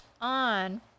on